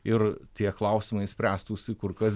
ir tie klausimai spręstųsi kur kas